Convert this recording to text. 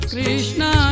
Krishna